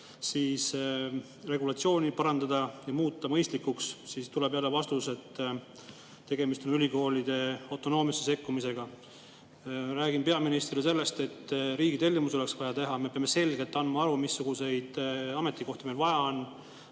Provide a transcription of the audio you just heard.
regulatsiooni parandada ja muuta mõistlikuks, siis tuleb vastus, et tegemist on ülikoolide autonoomiasse sekkumisega. Räägin peaministrile sellest, et riigitellimus oleks vaja teha, me peame selgelt andma aru, missuguseid ametikohti meil vaja on